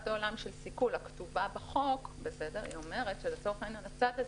העולם של סיכול הכתובה בחוק אומרת שלצורך העניין הצד הזה,